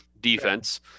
defense